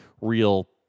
real